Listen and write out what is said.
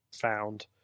found